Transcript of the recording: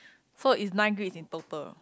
so is nine grids in total